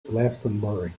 glastonbury